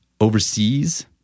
overseas—